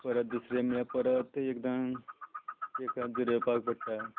परत दुसरें म्हळ्यार परत एकदां ताका जुरोवपाक पडटा